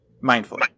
Mindful